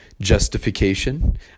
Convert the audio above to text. justification